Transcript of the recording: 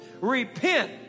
Repent